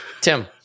Tim